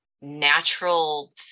natural